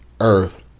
earth